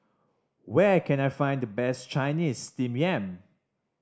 where can I find the best Chinese Steamed Yam